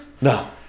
No